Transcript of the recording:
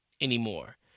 anymore